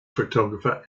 photographer